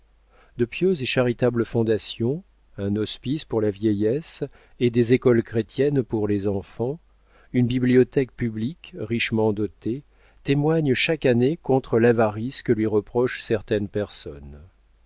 de pieuses et charitables fondations un hospice pour la vieillesse et des écoles chrétiennes pour les enfants une bibliothèque publique richement dotée témoignent chaque année contre l'avarice que lui reprochent certaines personnes